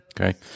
Okay